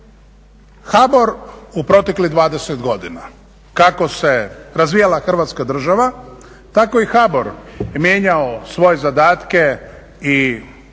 HBOR u proteklih 20 godina, kako se razvijala Hrvatska država tako i HBOR je mijenjao svoje zadatke i svoje